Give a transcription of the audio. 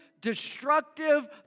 destructive